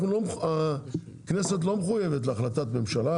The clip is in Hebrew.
אבל הכנסת לא מחויבת להחלטת ממשלה,